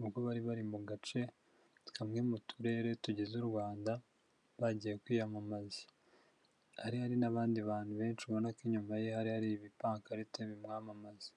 ubwo bari bari mu gace kamwe mu turere tugize u Rwanda bagiye kwiyamamaza, hari hari n'abandi bantu benshi ubona ko inyuma ye hari hari ibipankarite bimwamamaza.